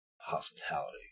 hospitality